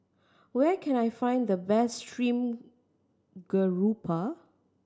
where can I find the best stream grouper